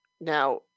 Now